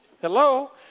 Hello